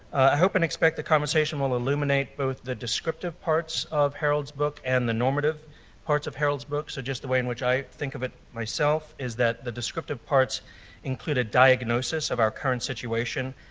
i hope and expect the conversation will illuminate both the descriptive parts of harold's book and the normative parts of harold's book. so just the way in which i think of it myself is that the descriptive parts include a diagnosis of our current situation,